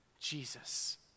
Jesus